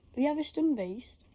the haverston beast?